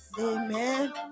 Amen